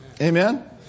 Amen